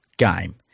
game